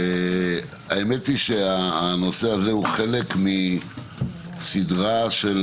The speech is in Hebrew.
האמת היא שהנושא הזה הוא חלק מסדרה של